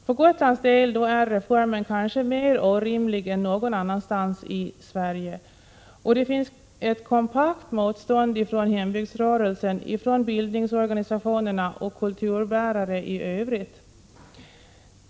För Gotlands del är reformen kanske mer orimlig än någon annanstans i Sverige. Det finns ett kompakt motstånd från hembygdsrörelsen, bildningsorganisationerna och kulturbärare i övrigt.